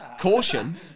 caution